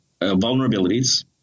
vulnerabilities